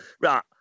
right